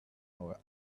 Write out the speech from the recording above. our